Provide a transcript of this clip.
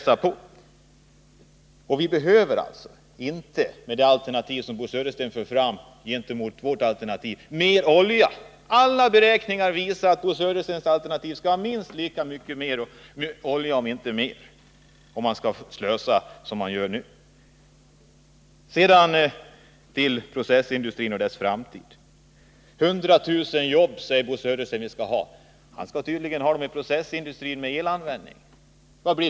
Om man ställer det alternativ som Bo Södersten förde fram gentemot vårt alternativ finner man att det med vårt alternativ inte krävs mer olja. Alla beräkningar visar att Bo Söderstens alternativ kräver minst lika mycket olja som vårt — om inte mer — om man skall slösa som man gör nu. Så till frågan om processindustrin och dess framtid. Bo Södersten talade om 100 000 jobb. Han tänker sig tydligen då en processindustri med elanvändning.